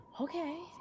Okay